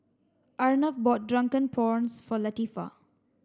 Arnav bought drunken prawns for Latifah